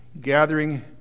gathering